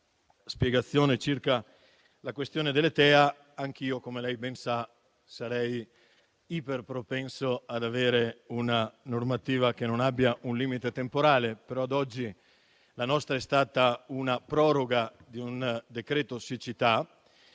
precisa spiegazione circa la questione delle TEA, posso dire che anch'io, come lei ben sa, sarei iperpropenso ad avere una normativa che non abbia un limite temporale. La nostra è stata una proroga di un decreto siccità